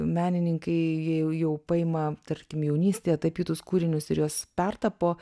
menininkai jie jau paima tarkim jaunystėje tapytus kūrinius ir juos pertapo